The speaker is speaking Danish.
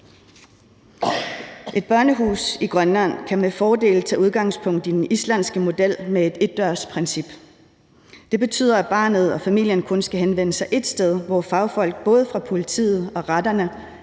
Et børnehus i Grønland kan med fordel tage udgangspunkt i den islandske model med et en-dørs-princip. Det betyder, at barnet og familien kun skal henvende sig ét sted, hvor fagfolk både fra politiet og retterne,